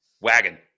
wagon